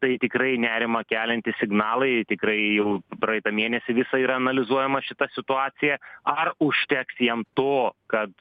tai tikrai nerimą keliantys signalai tikrai jau praeitą mėnesį visą yra analizuojama šita situacija ar užteks jiem to kad